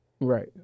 Right